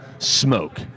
smoke